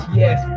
yes